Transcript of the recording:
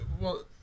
well-